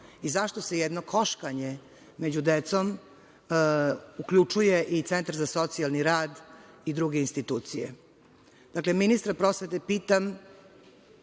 i zašto se u jedno koškanje među decom uključuje i Centar za socijalni rad i druge institucije. Dakle, ministra prosvete pitam,